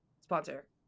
sponsor